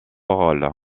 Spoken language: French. rôle